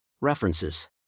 References